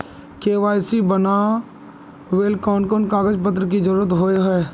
KYC बनावेल कोन कोन कागज पत्र की जरूरत होय है?